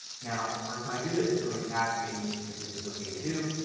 now the first time i do this it's going to ask me, if this this okay to do.